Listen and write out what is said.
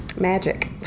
magic